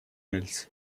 mills